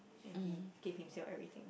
and he gave himself everything